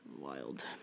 Wild